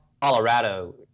Colorado